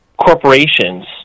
corporations